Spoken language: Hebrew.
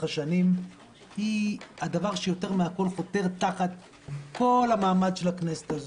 השנים היא הדבר שיותר מהכול חותר תחת כל המעמד של הכנסת הזו.